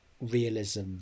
realism